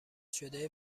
شده